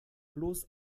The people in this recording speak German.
bloß